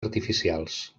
artificials